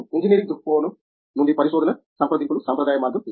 engineering దృక్కోణం నుండి పరిశోధన సంప్రదింపుల సంప్రదాయ మార్గం ఇది